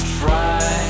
try